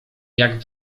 jak